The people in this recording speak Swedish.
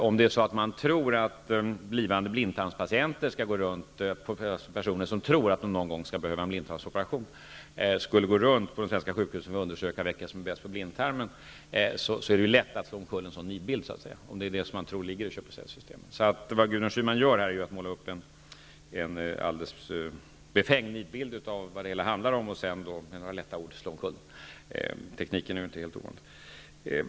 Om man tror att ''köp och sälj''-systemen innebär att personer som tror att de någon gång kan behöva en blindtarmsoperation skall gå runt på de svenska sjukhusen för att undersöka vilka som är bäst på blindtarmsoperationer är en viss skepsis begriplig. Vad Gudrun Schyman här gör är att måla upp en alldeles befängd nidbild av vad det hela handlar om för att sedan med några ord lätt slå omkull den. Tekniken är inte helt ovanlig.